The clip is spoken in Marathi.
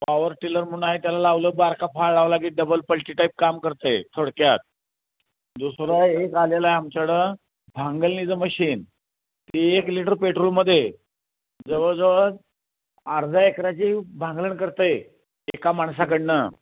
पावर टिलर म्हणून आहे त्याला लावलं बारका फाळा लावला की डबल पल्टी टाईप काम करत आहे थोडक्यात दुसरं एक आलेला आहे आमच्याकडं भांगलनीचं मशीन ती एक लिटर पेट्रोलमध्ये जवळजवळ अर्धा एकरची भांगलन करत आहे एका माणसाकडून